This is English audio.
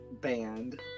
band